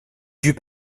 dut